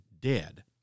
dead